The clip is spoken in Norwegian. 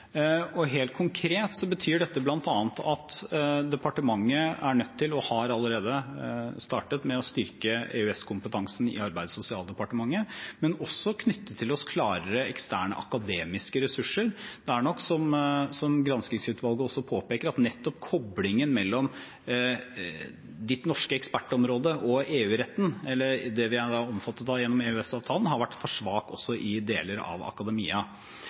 Helt konkret betyr dette bl.a. at vi er nødt til, og har allerede startet med, å styrke EØS-kompetansen i Arbeids- og sosialdepartementet, men vi har også klarere knyttet til oss eksterne akademiske ressurser. Det er nok slik, som granskingsutvalget også påpeker, at nettopp koblingen mellom det norske ekspertområdet og EU-retten – eller det vi er omfattet av gjennom EØS-avtalen – har vært for svak også i deler av akademia.